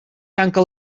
tanca